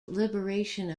liberation